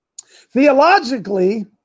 Theologically